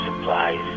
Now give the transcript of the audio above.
supplies